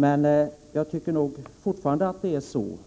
Men fortfarande menar jag